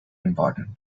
important